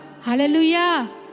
Hallelujah